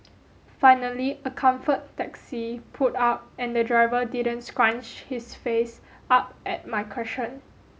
finally a Comfort taxi pulled up and the driver didn't scrunch his face up at my question